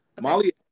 Molly